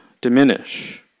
diminish